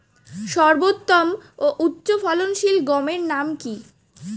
সর্বোত্তম ও উচ্চ ফলনশীল গমের নাম কি?